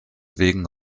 wegen